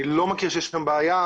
אני לא מכיר שיש כאן בעיה.